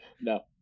No